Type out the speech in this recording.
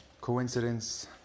coincidence